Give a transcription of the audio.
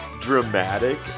dramatic